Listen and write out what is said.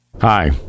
Hi